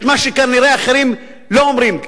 את מה שכנראה אחרים לא אומרים.